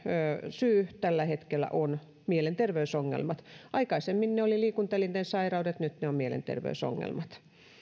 syy tällä hetkellä on mielenterveysongelmat aikaisemmin se oli liikuntaelinten sairaudet nyt se on mielenterveysongelmat